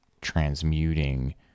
transmuting